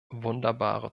wunderbare